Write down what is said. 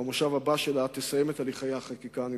במושב הבא שלה, תסיים את הליכי החקיקה הנדרשים.